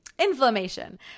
inflammation